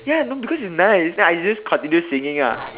ya no because it's nice then I just continue singing ah